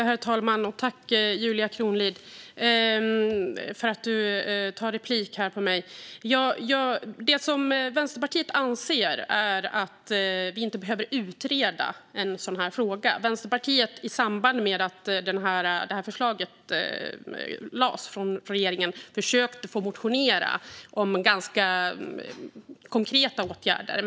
Herr talman! Tack, Julia Kronlid, för att du tar replik på mig! Vänsterpartiet anser att vi inte behöver utreda en sådan här fråga. Vänsterpartiet försökte, i samband med att detta förslag lades fram från regeringen, motionera om ganska konkreta åtgärder.